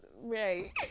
Right